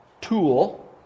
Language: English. tool